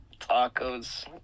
tacos